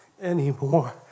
anymore